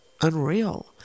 unreal